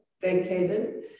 vacated